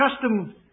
custom